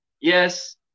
yes